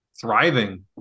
thriving